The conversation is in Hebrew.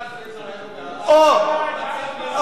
אתה אפילו לא קורא עיתונים.